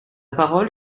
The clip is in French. parole